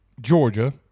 Georgia